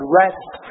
rest